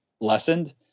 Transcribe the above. lessened